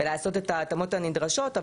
ולעשות את ההתאמות הנדרשות.